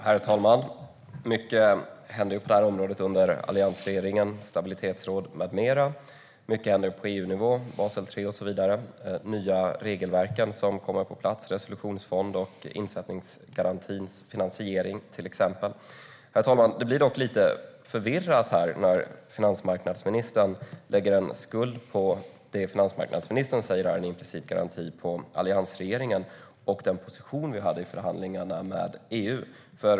Herr talman! Det hände mycket på detta område under alliansregeringens tid - stabilitetsråd med mera. Mycket hände på EU-nivå - Basel III och så vidare. Nya regelverk kom på plats - till exempel en resolutionsfond och insättningsgarantins finansiering. Herr talman! Det blir dock lite förvirrat här när finansmarknadsministern lägger en skuld för det som han säger är en implicit garanti på alliansregeringen och den position som vi hade i förhandlingarna med EU.